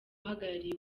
uhagarariye